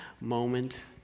moment